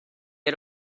had